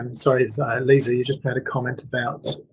um sorry sorry lisa you just had a comment about